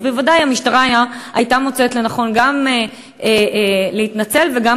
אז בוודאי המשטרה הייתה מוצאת לנכון גם להתנצל וגם,